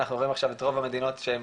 אנחנו רואים עכשיו את רוב המדינות שהן,